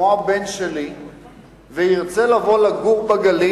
כמו הבן שלי שירצה לגור בגליל,